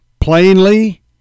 plainly